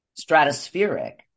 stratospheric